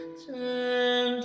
turn